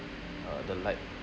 uh the light